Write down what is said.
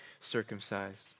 circumcised